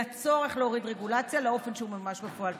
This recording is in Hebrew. הצורך להוריד רגולציה לאופן שהוא ממומש בפועל.